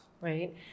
right